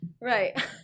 Right